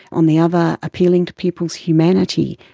on the other appealing to people's humanity.